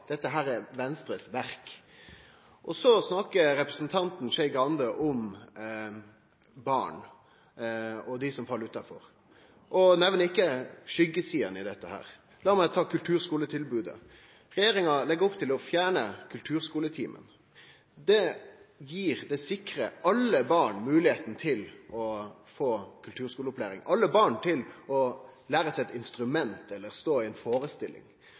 dette er Venstre sitt verk. Så snakkar representanten Skei Grande om barn og om dei som fell utanfor, og nemner ikkje skuggesidene i dette. La meg ta kulturskuletilbodet. Regjeringa legg opp til å fjerne kulturskuletimen. Den sikrar alle barn moglegheita til å få kulturskuleopplæring – til å lære seg eit instrument eller stå i ei førestilling.